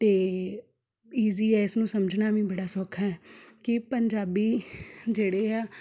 ਅਤੇ ਈਜ਼ੀ ਹੈ ਇਸ ਨੂੰ ਸਮਝਣਾ ਵੀ ਬੜਾ ਸੌਖਾ ਹੈ ਕਿ ਪੰਜਾਬੀ ਜਿਹੜੇ ਆ